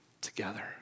together